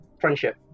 Friendship